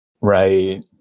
Right